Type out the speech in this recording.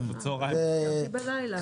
ב-14:30.